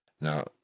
Now